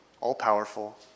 all-powerful